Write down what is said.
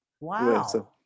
Wow